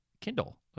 Kindle